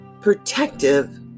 protective